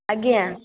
ଆଜ୍ଞା